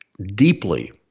deeply